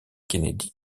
kennedy